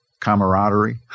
camaraderie